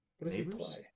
Neighbors